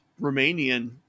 Romanian